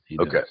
Okay